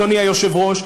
אדוני היושב-ראש,